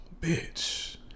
bitch